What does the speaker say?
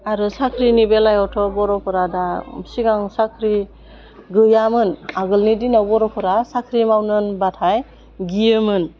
आरो साख्रिनि बेलायावथ' बर'फोरा दा सिगां साख्रि गैयामोन आगोलनि दिनाव बर'फोरा साख्रि मावनो होनबाथाय गियोमोन